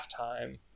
halftime